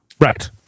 Right